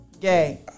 Gay